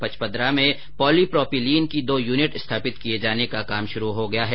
पचपदरा में polypropylene की दो यूनिट स्थापित किये जाने का काम शुरू हो गया है